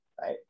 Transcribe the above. Right